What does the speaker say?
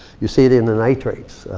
you see it in the nitrates.